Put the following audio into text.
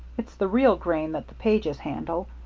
it's the real grain that the pages handle,